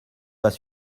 pas